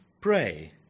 Pray